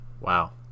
Wow